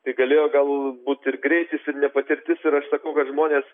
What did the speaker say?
tai galėjo gal būt ir greitis ir nepatirtis ir aš sakau kad žmonės